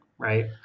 Right